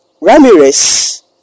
Ramirez